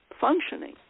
functioning